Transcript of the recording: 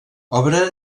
obra